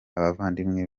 abavandimwe